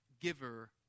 giver